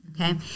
Okay